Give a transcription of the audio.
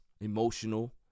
emotional